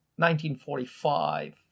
1945